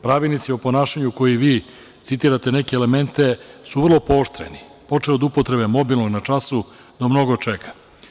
Pravilnici o ponašanju, gde vi citirate neke elemente, su vrlo pooštreni, počev od upotrebe mobilnog na času do mnogo čega.